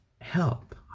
help